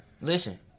Listen